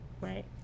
Right